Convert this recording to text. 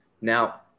now